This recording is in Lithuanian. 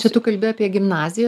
čia tu kalbi apie gimnaziją